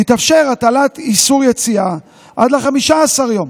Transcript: תתאפשר הטלת איסור יציאה עד 15 יום.